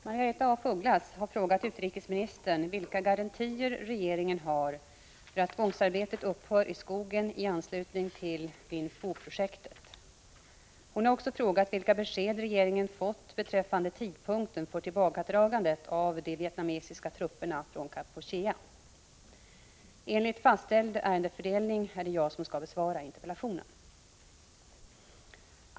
Herr talman! Margaretha af Ugglas har frågat utrikesministern vilka garantier regeringen har för att tvångsarbetet upphör i skogen i anslutning till Vinh Phu-projektet. Hon har också frågat vilka besked regeringen fått beträffande tidpunkten för tillbakadragandet av de vietnamesiska trupperna från Kampuchea. Enligt fastställd ärendefördelning är det jag som skall besvara interpellationen.